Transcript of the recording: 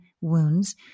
wounds